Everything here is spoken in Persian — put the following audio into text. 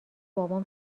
بابام